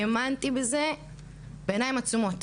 האמנתי בזה בעיניים עצומות.